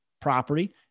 property